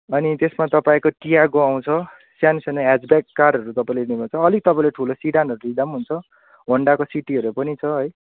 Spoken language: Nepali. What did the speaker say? अनि त्यसमा तपाईँको टियागो आउँछ सानो सानो एयरब्याग कारहरू तपाईँले लिनुहुन्छ अलिक तपाईँले ठुलो सिडानहरू लिँदा पनि हुन्छ होन्डाको सिटीहरू पनि छ है